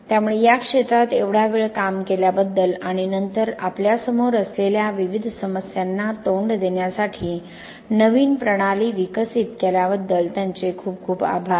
त्यामुळे या क्षेत्रात एवढा वेळ काम केल्याबद्दल आणि नंतर आपल्यासमोर असलेल्या विविध समस्यांना तोंड देण्यासाठी नवीन प्रणाली विकसित केल्याबद्दल त्यांचे खूप खूप आभार